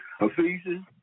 ephesians